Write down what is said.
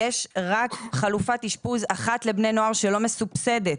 יש רק חלופת אשפוז אחת לבני נוער שלא מסובסדת.